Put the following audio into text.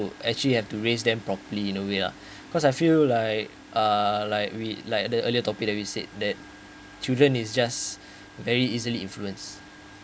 actually have to raise them properly in a way lah cause I feel like uh like we like the earlier topic that we said that children is just very easily influence